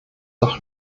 doch